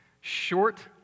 short